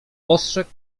ostrzegł